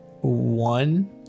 one